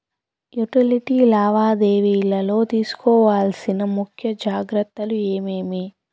Utility లావాదేవీల లో తీసుకోవాల్సిన ముఖ్య జాగ్రత్తలు ఏమేమి?